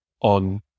on